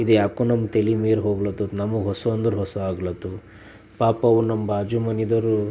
ಇದುಯಾಕೊ ನಮ್ಮ ತಲಿ ಮೀರಿ ಹೋಗ್ಲತ್ತಿತು ನಮ್ಗೆ ಹಸಿವೆ ಅಂದ್ರೆ ಹಸಿವೆ ಆಗ್ಲತ್ತು ಪಾಪವು ನಮ್ಮ ಬಾಜು ಮನಿಯೋರು